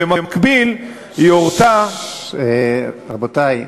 במקביל, היא הורתה, רבותי.